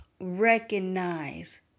recognize